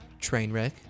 Trainwreck